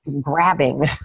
grabbing